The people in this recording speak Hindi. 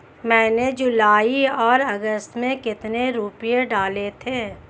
मैंने जुलाई और अगस्त में कितने रुपये डाले थे?